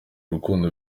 rukundo